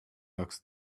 looks